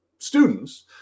students